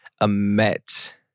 Amet